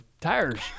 tires